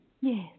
Yes